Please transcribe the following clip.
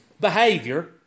Behavior